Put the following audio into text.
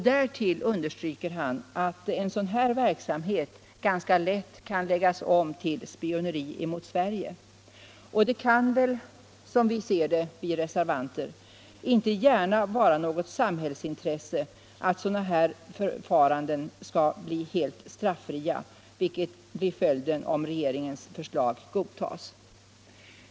Därtill understryker han att en sådan verksamhet ganska lätt kan läggas om till spioneri mot Sverige. Det kan, som vi reservanter ser det, inte gärna vara något samhällsintresse att sådana förfaranden skall bli helt straffria, vilket blir följden om regeringens förslag godtas.